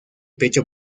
pecho